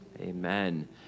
Amen